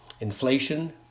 inflation